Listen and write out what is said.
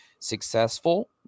successful